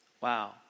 Wow